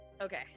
Okay